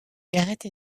gareth